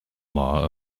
law